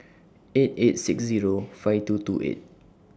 eight eight six Zero five two two eight